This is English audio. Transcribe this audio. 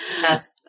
Yes